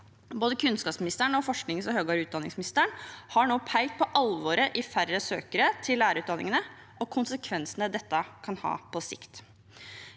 Både kunnskapsministeren og forskningsog høyere utdanningsministeren har nå pekt på alvoret i færre søkere til lærerutdanningene og konsekvensene dette kan ha på sikt.